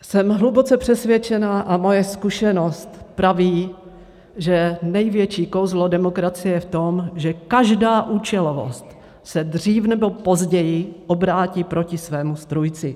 Jsem hluboce přesvědčena a moje zkušenost praví, že největší kouzlo demokracie je v tom, že každá účelovost se dřív nebo později obrátí proti svému strůjci.